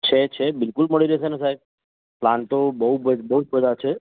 છે છે બિલકુલ મળી જશે ને સાહેબ પ્લાન તો બહુ બહુ બહુ જ બધાં છે